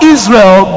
Israel